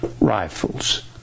rifles